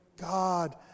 God